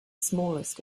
smallest